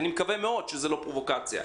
אני מקווה מאוד שזה לא פרובוקציה.